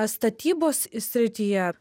statybos srityje